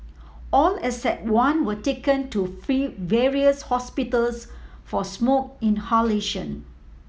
all except one were taken to various hospitals for smoke inhalation